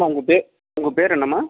அம்மா உங்கள் பேர் உங்கள் பேர் என்னம்மா